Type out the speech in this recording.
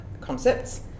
concepts